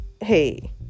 Hey